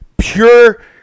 pure